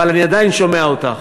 אבל אני עדיין שומע אותך.